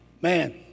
Man